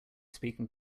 speaking